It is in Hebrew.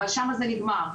אבל שמה זה נגמר,